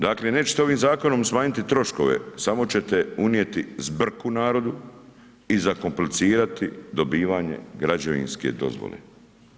Dakle nećete ovim zakonom smanjiti troškove, samo ćete unijeti zbrku narodu i zakomplicirane dobivanje građevinske dozvole.